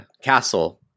castle